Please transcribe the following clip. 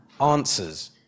answers